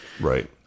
Right